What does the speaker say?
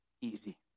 easy